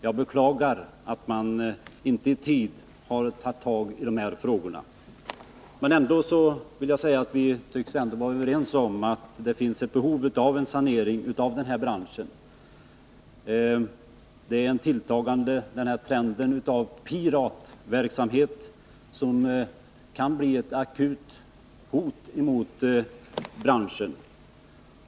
Jag beklagar att man inte i tid tagit tag i frågorna. Men vi tycks ändå vara överens om att det finns ett behov av sanering av branschen. Det är en tilltagande trend av piratverksamhet som kan bli ett akut hot mot branschen.